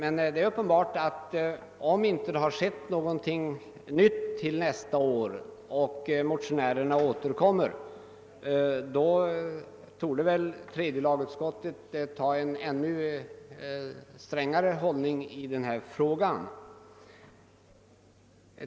Om inte något nytt har inträffat till nästa år och motionärerna återkommer torde väl tredje lagutskottet då få inta en strängare hållning i denna fråga.